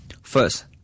First